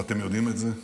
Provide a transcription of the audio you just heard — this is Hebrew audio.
ואתם יודעים את זה.